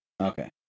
Okay